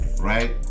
right